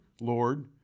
Lord